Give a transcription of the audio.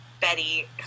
Betty